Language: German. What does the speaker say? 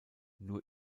nur